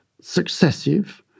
successive